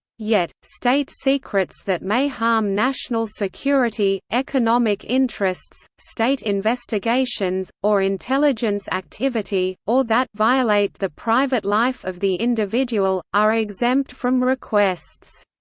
yet, state secrets that may harm national security, economic interests, state investigations, or intelligence activity, or that violate the private life of the individual, are exempt from requests.